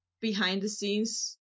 behind-the-scenes